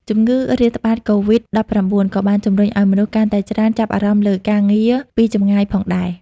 ជំងឺរាតត្បាតកូវីដ-១៩ ក៏បានជំរុញឱ្យមនុស្សកាន់តែច្រើនចាប់អារម្មណ៍លើការងារពីចម្ងាយផងដែរ។